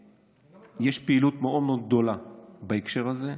יש פעילות מאוד מאוד גדולה בהקשר הזה.